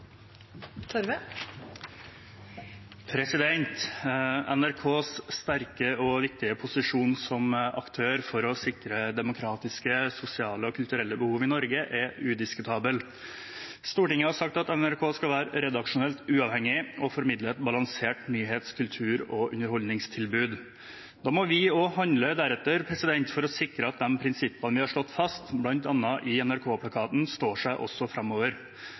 Stortinget. NRKs sterke og viktige posisjon som aktør for å sikre demokratiske, sosiale og kulturelle behov i Norge er udiskutabel. Stortinget har sagt at NRK skal være redaksjonelt uavhengig og formidle et balansert nyhets-, kultur- og underholdningstilbud. Da må vi også handle deretter for å sikre at prinsippene vi har slått fast, bl.a. i NRK-plakaten, står seg også framover.